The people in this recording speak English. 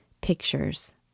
pictures